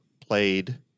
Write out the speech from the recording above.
played